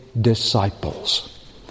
disciples